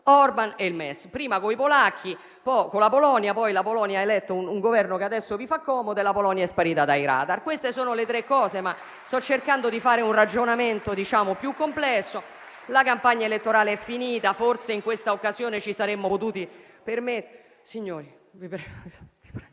Orbán e il MES, prima con la Polonia, poi la Polonia ha eletto un Governo che adesso vi fa comodo ed è sparita dai radar. Queste sono le tre cose, ma sto cercando di fare un ragionamento più complesso; la campagna elettorale è finita, forse in questa occasione ci saremmo potuti permettere…